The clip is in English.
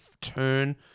turn